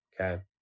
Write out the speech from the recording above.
okay